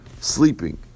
sleeping